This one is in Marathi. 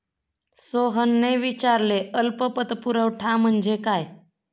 सोहनने विचारले अल्प पतपुरवठा म्हणजे काय?